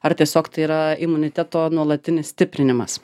ar tiesiog tai yra imuniteto nuolatinis stiprinimas